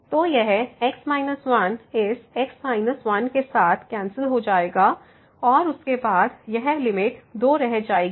तो यह x 1 इस x 1 के साथ कैंसिल हो जाएगा और उसके बाद यह लिमिट 2 रह जाएगी